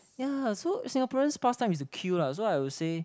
ya so Singaporeans past time is to queue lah so I would say